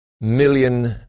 million